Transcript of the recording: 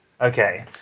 okay